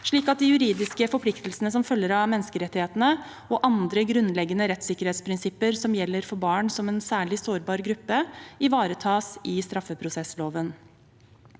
slik at de juridiske forpliktelsene som følger av menneskerettighetene og andre grunnleggende rettssikkerhetsprinsipper som gjelder for barn som en særlig sårbar gruppe, ivaretas i straffeprosessloven.